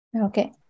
okay